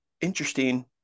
interesting